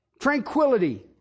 tranquility